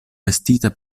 vestita